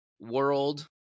world